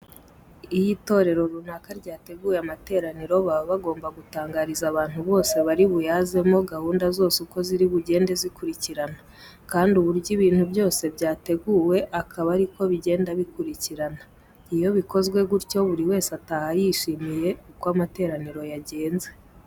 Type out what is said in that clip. Iyo itorero runaka ryateguye amateraniro, baba bagomba gutangariza abantu bose bari buyazemo gahunda zose uko ziri bugende zikurikirana kandi uburyo ibintu byose byateguwe akaba ari ko bigenda bikurikirana. Iyo bikozwe gutyo buri wese ataha yishimiye uko amateraniro yagenze.